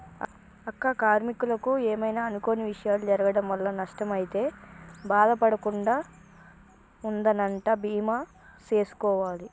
అక్క కార్మీకులకు ఏమైనా అనుకొని విషయాలు జరగటం వల్ల నష్టం అయితే బాధ పడకుండా ఉందనంటా బీమా సేసుకోవాలి